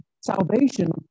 salvation